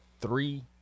three